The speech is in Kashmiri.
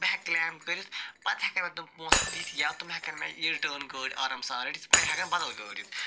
بہٕ ہٮ۪کہٕ کِلیم کٔرِتھ پتہٕ ہٮ۪کن مےٚ تِم پونٛسہٕ دِتھ یا تِم ہٮ۪کن مےٚ یہِ رِٹٲرٕن گٲڑۍ آرام سان رٔٹِتھ مےٚ ہٮ۪کن بدل گٲڑۍ دِتھ